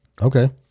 Okay